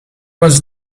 was